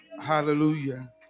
Hallelujah